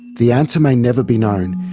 the answer may never be known,